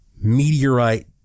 meteorite